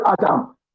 Adam